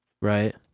Right